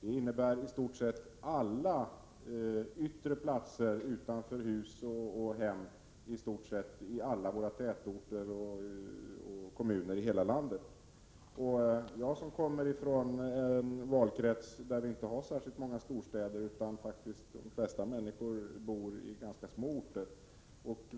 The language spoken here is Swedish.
Det innebär i stort sett alla yttre platser utanför hus och hem i alla tätorter och kommuner i hela landet. Jag kommer från en valkrets där vi inte har särskilt många storstäder och där de flesta människor bor i ganska små orter.